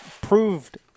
proved